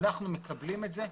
אחרי שאנחנו מקבלים את זה,